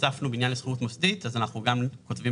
הוספנו בניין לשכירות מוסדית ולכן אנחנו גם כותבים